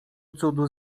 cudu